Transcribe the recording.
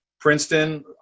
Princeton